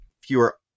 fewer